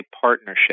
partnership